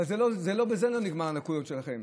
אבל לא בזה נגמרות הנקודות שלכם.